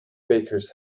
bakers